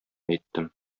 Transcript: әйттем